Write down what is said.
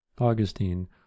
Augustine